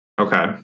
Okay